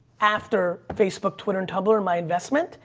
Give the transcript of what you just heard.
after facebook, twitter and but tur, my investment,